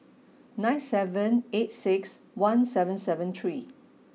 nine seven eight six one seven seven three